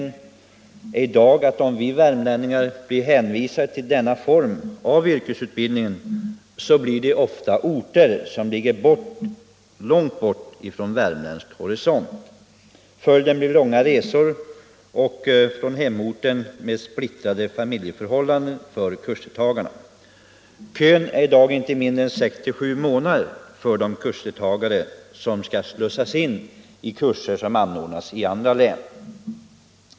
I dag är läget det att om vi värmlänningar blir hänvisade till denna yrkesutbildning, så får vi genomgå den på orter som ligger långt bort från värmländsk horisont. Följden blir långa resor från hemorten och splittrade familjeförhållanden för kursdeltagarna. Kön är i dag inte mindre än sex å sju månader för de kursdeltagare som skall slussas in på kurser som anordnas i andra län.